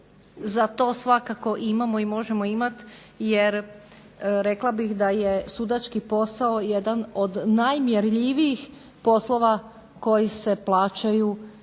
za to svakako imamo i možemo imati jer rekla bih da je sudački posao jedan od najmjerljivijih poslova koji se plaćaju